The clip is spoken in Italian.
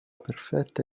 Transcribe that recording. perfetta